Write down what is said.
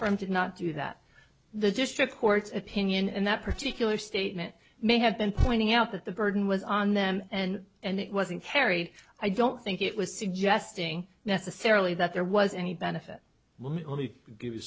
from did not do that the district court's opinion and that particular statement may have been pointing out that the burden was on them and and it wasn't carried i don't think it was suggesting necessarily that there was any benefit will only give you